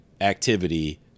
activity